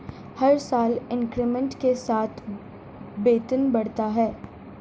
हर साल इंक्रीमेंट के साथ वेतन बढ़ता जाता है